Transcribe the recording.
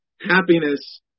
Happiness